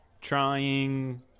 trying